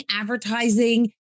advertising